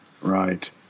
Right